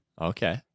Okay